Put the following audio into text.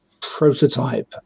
prototype